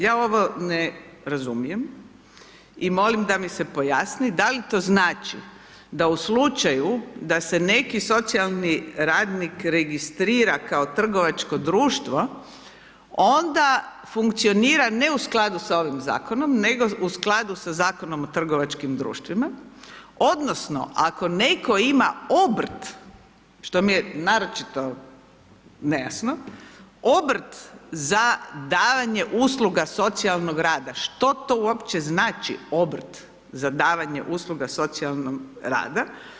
Ja ovo ne razumijem i molim da mi se pojasni da li to znači da u slučaju da se neki socijalni radnik registrira kao trgovačko društvo, onda funkcionira ne u skladu sa ovim Zakonom, nego u skladu sa Zakonom o trgovačkim društvima odnosno ako netko ima obrt, što mi je naročito nejasno, obrt za davanje usluga socijalnog rada, što to uopće znači obrt za davanje usluga socijalnog rada?